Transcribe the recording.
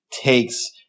takes